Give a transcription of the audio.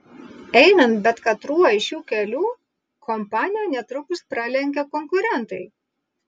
einant bet katruo iš šių kelių kompaniją netrukus pralenkia konkurentai